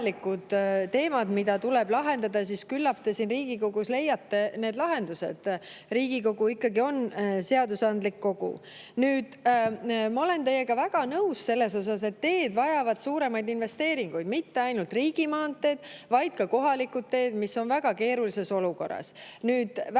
teemad, mida tuleb lahendada, siis küllap te siin Riigikogus leiate need lahendused. Riigikogu ikkagi on seadusandlik kogu. Nüüd, ma olen teiega väga nõus selles osas, et teed vajavad suuremaid investeeringuid. Mitte ainult riigimaanteed, vaid ka kohalikud teed, mis on väga keerulises olukorras. Aga väga